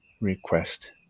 request